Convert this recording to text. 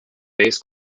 bass